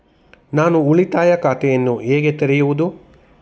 ನಾನು ಉಳಿತಾಯ ಖಾತೆಯನ್ನು ಹೇಗೆ ತೆರೆಯುವುದು?